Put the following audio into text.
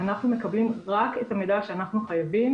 אנחנו מקבלים רק את המידע שאנחנו חייבים